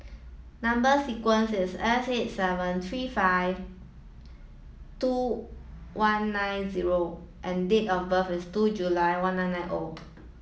number sequence is S eight seven three five two one nine zero and date of birth is two July one nine nine O